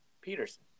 Peterson